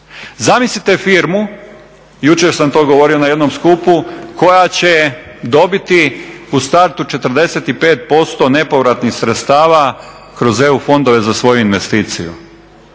Zamislite firmu, jučer sam to govorio na jednom skupu, koja će dobiti u startu 45% nepovratnih sredstava kroz EU fondove za svoju investiciju.